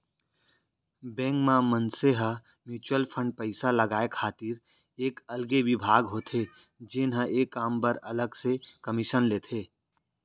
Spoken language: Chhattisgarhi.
बेंक म मनसे ह म्युचुअल फंड पइसा लगाय खातिर एक अलगे बिभाग होथे जेन हर ए काम बर अलग से कमीसन लेथे